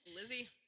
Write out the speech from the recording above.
Lizzie